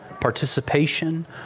participation